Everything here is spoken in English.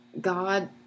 God